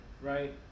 right